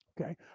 Okay